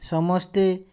ସମସ୍ତେ